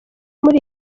muri